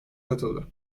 katıldı